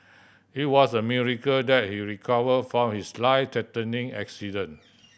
it was a miracle that he recovered from his life threatening accident